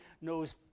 knows